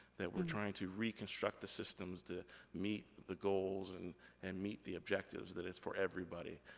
that we're trying to reconstruct the systems to meet the goals, and and meet the objectives, that it's for everybody.